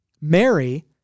Mary